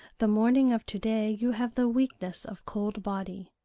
the morning of to-day you have the weakness of cold body.